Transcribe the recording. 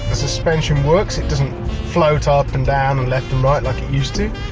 the suspension works. it doesn't float up and down and like and right, like it used to.